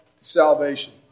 salvation